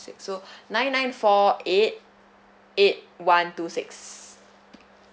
six so nine nine four eight eight one two six